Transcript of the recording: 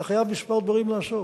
אתה חייב כמה דברים לעשות.